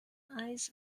eis